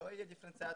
תהיה דיפרנציאציה.